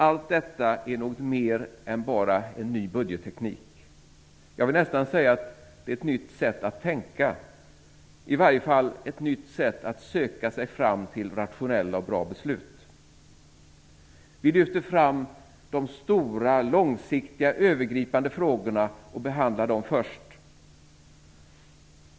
Allt detta är något mer än bara en ny budgetteknik. Jag vill nästan säga att det är ett nytt sätt att tänka, i varje fall ett nytt sätt att söka sig fram till rationella och bra beslut. Vi lyfter fram de stora, långsiktiga och övergripande frågorna och behandlar dem först.